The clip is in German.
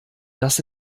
das